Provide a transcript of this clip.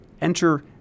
Enter